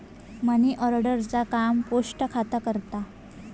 money order चा काम post खाता करता